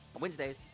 Wednesdays